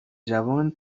جوان